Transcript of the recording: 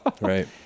Right